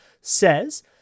says